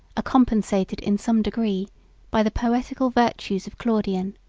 compensated in some degree by the poetical virtues of claudian.